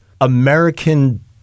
American